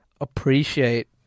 appreciate